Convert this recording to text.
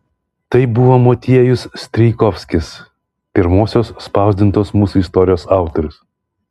tai buvo motiejus strijkovskis pirmosios spausdintos mūsų istorijos autorius